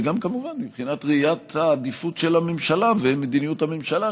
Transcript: וגם כמובן מבחינת ראיית העדיפות של הממשלה ומדיניות הממשלה,